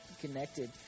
connected